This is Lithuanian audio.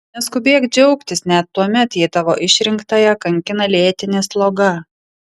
neskubėk džiaugtis net tuomet jei tavo išrinktąją kankina lėtinė sloga